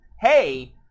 hey